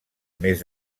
més